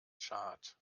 tschad